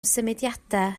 symudiadau